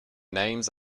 names